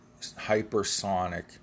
hypersonic